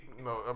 No